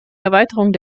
erweiterung